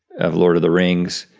of lord of the rings.